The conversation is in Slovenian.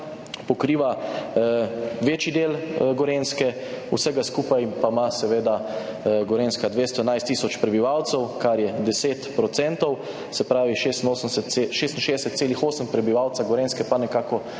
pokriva večji del Gorenjske, vsega skupaj pa ima Gorenjska 211 tisoč prebivalcev, kar je 10 %, se pravi 66,8 prebivalca Gorenjske pa nekako